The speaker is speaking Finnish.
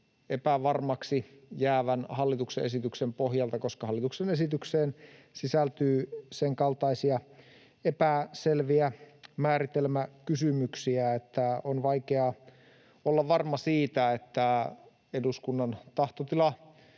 epävarmaksi jäävän hallituksen esityksen pohjalta, koska hallituksen esitykseen sisältyy senkaltaisia epäselviä määritelmäkysymyksiä, että on vaikeaa olla varma siitä, että eduskunnan tahtotila